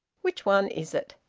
which one is it?